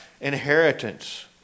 inheritance